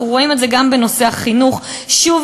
אנחנו רואים את זה גם בנושא החינוך: שוב